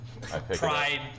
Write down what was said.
Pride